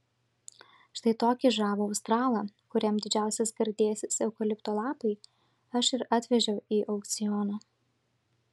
štai tokį žavų australą kuriam didžiausias gardėsis eukalipto lapai aš ir atvežiau į aukcioną